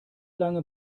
lange